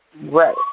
Right